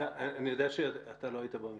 אני יודע שאתה לא היית במשרד,